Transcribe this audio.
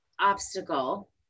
obstacle